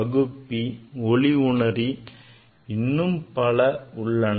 பகுப்பி ஒளிஉணரி என இன்னும் பல உள்ளன